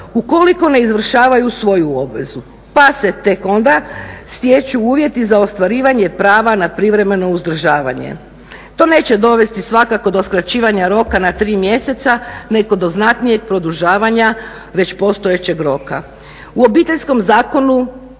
ukoliko ne izvršavaju svoju obvezu. Pa se tek onda stječu uvjeti za ostvarivanje prava na privremeno uzdržavanje. To neće dovesti svakako do skraćivanja roka na 3 mjeseca nego do znatnijeg produžavanja već postojećeg roka. U Obiteljskom zakonu